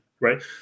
Right